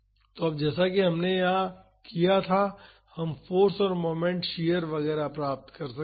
तो अब जैसा कि हमने यहां किया था हम फाॅर्स और मोमेंट शियर वगैरह पता कर सकते हैं